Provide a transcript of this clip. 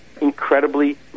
incredibly